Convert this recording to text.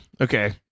Okay